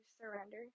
surrender